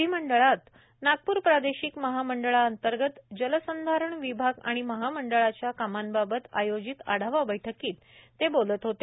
विधीमंडळात नागपूर प्रादेशिक महामंडळाअंतर्गत जलसंधारण विभाग आणि महामंडळाच्या कामांबाबत आयोजित आढावा बैठकीत ते बोलत होते